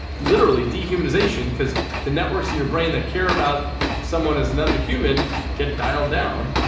literally dehumanisation because the networks in your brain that care about someone as another human get dialled down,